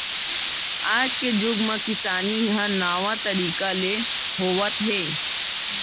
आज के जुग म किसानी ह नावा तरीका ले होवत हे